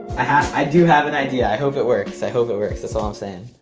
i do have an idea. i hope it works. i hope it works. that's all i'm saying